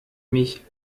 mich